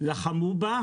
לחמו בה.